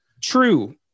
True